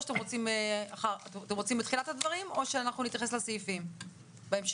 אתם רוצים בתחילת הדברים או שאנחנו נתייחס לסעיפים בהמשך?